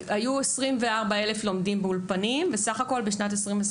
היו 24,000 לומדים באולפנים ב-2022,